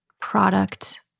product